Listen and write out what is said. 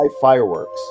fireworks